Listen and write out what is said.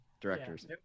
Directors